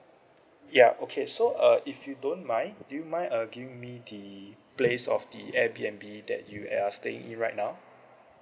ya okay so uh if you don't mind do you mind uh giving me the place of the airbnb that you at are staying in right now